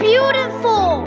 Beautiful